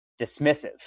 dismissive